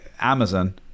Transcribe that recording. Amazon